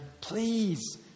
Please